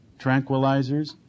tranquilizers